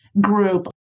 group